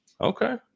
Okay